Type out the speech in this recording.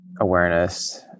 awareness